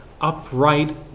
upright